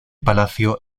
palacio